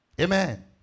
amen